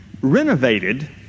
renovated